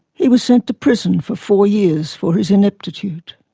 he was sent to prison for four years for his ineptitude.